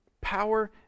Power